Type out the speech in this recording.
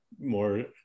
more